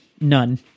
None